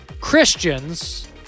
Christians